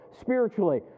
spiritually